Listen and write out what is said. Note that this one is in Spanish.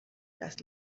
las